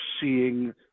seeing